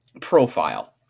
profile